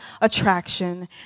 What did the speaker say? attraction